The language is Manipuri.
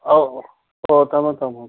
ꯑꯧ ꯑꯣ ꯊꯝꯃꯣ ꯊꯝꯃꯣ